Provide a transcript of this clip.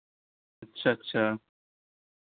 अच्छा अच्छा